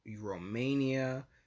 Romania